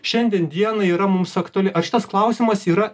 šiandien dienai yra mums aktuali ar šitas klausimas yra